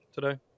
today